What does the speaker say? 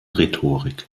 rhetorik